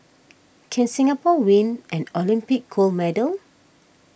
can Singapore win an Olympic gold medal